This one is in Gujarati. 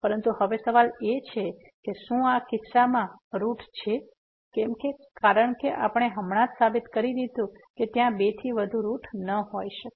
પરંતુ હવે સવાલ એ છે કે શું આ કિસ્સામાં રૂટ છે કે કેમ કારણ કે આપણે હમણાં જ સાબિત કરી દીધું છે કે ત્યાં બેથી વધુ રૂટ ન હોઈ શકે